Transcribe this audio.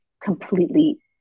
completely